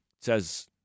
says